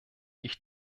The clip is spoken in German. ich